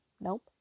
nope